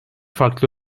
farklı